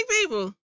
people